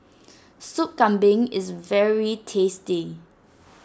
Soup Kambing is very tasty